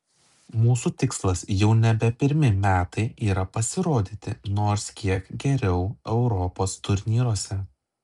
mūsų tikslas jau nebe pirmi metai yra pasirodyti nors kiek geriau europos turnyruose